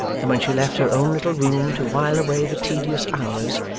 and when she left her own little room to while away the tedious hours,